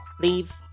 leave